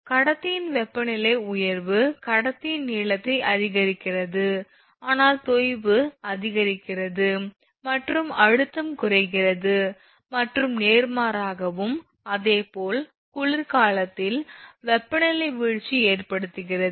கடத்தியின் வெப்பநிலை உயர்வு கடத்தியின் நீளத்தை அதிகரிக்கிறது அதனால் தொய்வு அதிகரிக்கிறது மற்றும் அழுத்தம் குறைகிறது மற்றும் நேர்மாறாகவும் அதேபோல் குளிர்காலத்தில் வெப்பநிலை வீழ்ச்சி ஏற்படுத்துகிறது